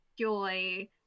Joy